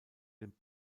den